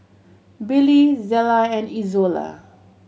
Billy Zela and Izola